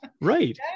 right